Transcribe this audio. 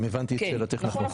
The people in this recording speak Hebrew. אם הבנתי את שאלתך נכון.